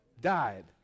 Died